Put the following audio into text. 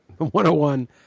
101